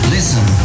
Listen